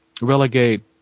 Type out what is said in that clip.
relegate